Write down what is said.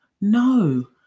No